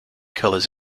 colors